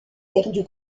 perdue